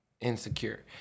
insecure